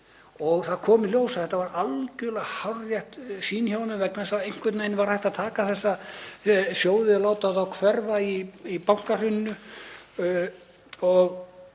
Það kom í ljós að þetta var algjörlega hárrétt sýn hjá honum vegna þess að einhvern veginn var hægt að taka þessa sjóði og láta þá hverfa í bankahruninu.